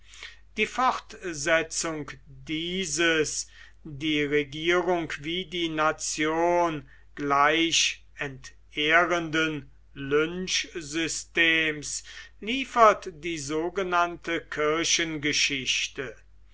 die fortsetzung dieses die regierung wie die nation gleich entehrenden lynchsystems liefert die sogenannte